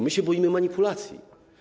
My się boimy manipulacji.